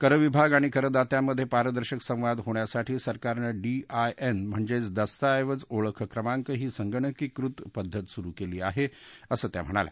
करविभाग आणि करदात्यांमधे पारदर्शक संवाद होण्यासाठी सरकारनं डी आयएन म्हणजेच दस्ताऐवज ओळख क्रमांक ही संगणकीकृत पद्धत सुरु केली आहे असं त्या म्हणाल्या